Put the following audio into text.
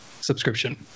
subscription